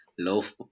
love